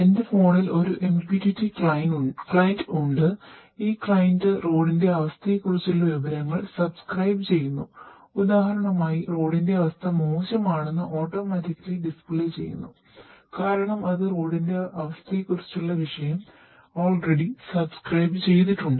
എന്റെ ഫോണിൽചെയ്തിട്ടുണ്ട്